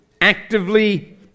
actively